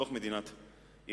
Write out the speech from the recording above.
בתוך מדינת אירן,